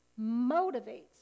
motivates